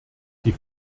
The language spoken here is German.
die